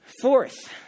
Fourth